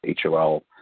HOL